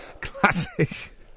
Classic